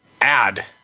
add